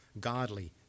godly